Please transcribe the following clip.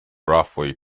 roughly